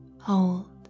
hold